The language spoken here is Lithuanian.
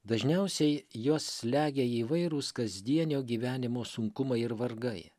dažniausiai juos slegia įvairūs kasdienio gyvenimo sunkumai ir vargai